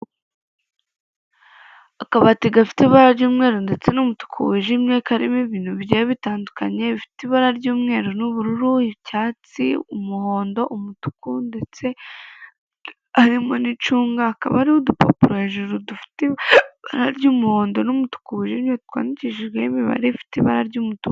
Akabati gafite ibara ry'umweru ndetse n'umutuku wijimye karimo ibintu bigiye bitandukanye bifite ibara ry'umweru n'ubururu, icyatsi, umuhondo, umutuku, ndetse harimo n'icunga. Hakaba hari udupapuro hejuru dufite ibara ry'umuhondo n'umutuku wijimye twandikishijweho imibare ifite ibara ry'umutuku.